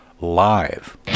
live